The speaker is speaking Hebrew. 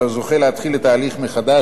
על הזוכה להתחיל את ההליך מחדש.